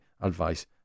advice